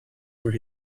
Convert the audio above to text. where